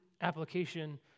application